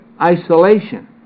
isolation